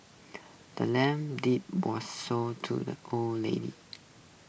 the land's deed was sold to the old lady